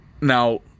now